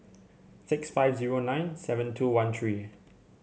six five zero nine seven two one three